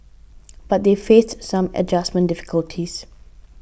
but they faced some adjustment difficulties